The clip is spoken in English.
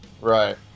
Right